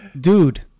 dude